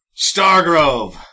Stargrove